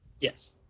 Yes